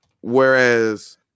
Whereas